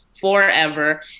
forever